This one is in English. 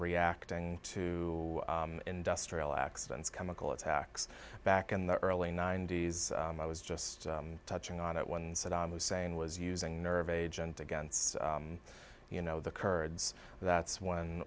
reacting to industrial accidents chemical attacks back in the early ninety's i was just touching on it when saddam hussein was using nerve agent against you know the kurds that's when